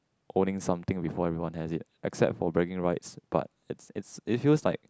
owning something before everyone has it except for bragging rights but it's it's it feels like